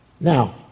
Now